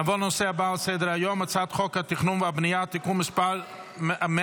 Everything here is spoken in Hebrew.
נעבור לנושא הבא על סדר-היום: הצעת חוק התכנון והבנייה (תיקון מס' 159),